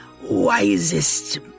wisest